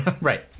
Right